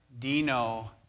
Dino